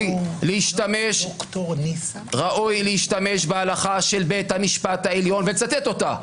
להשתמש בהלכה של בית המשפט העליון ולצטט אותה.